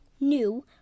new